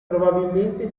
probabilmente